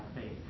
faith